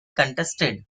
contested